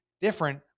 different